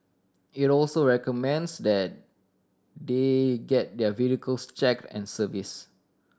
it also recommends that they get their vehicles checked and serviced